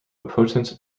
potent